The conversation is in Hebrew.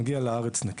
מגיע לארץ נקי.